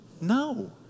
No